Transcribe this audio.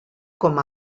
com